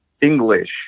English